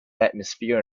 atmosphere